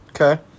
Okay